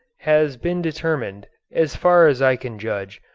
has been determined, as far as i can judge,